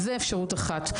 אז זה אפשרות אחת.